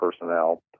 personnel